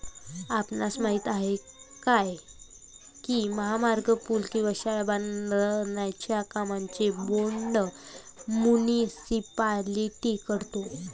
आपणास माहित आहे काय की महामार्ग, पूल किंवा शाळा बांधण्याच्या कामांचे बोंड मुनीसिपालिटी करतो?